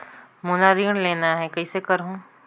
मोला ऋण लेना ह, कइसे करहुँ?